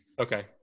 Okay